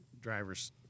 drivers